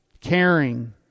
caring